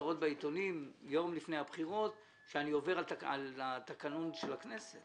כותרות בעיתונים יום לפני הבחירות על כך שאני עובר על התקנון של הכנסת.